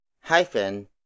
hyphen